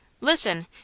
Listen